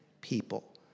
people